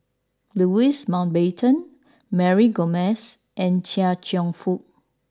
Louis Mountbatten Mary Gomes and Chia Cheong Fook